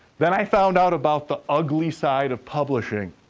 then, i found out about the ugly side of publishing.